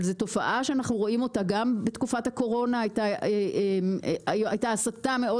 אבל זו תופעה שאנחנו רואים אותה גם בתקופת הקורונה הייתה הסתה מאוד